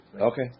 okay